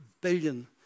billion